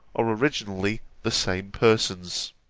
are originally the same persons.